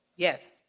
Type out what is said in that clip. Yes